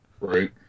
Right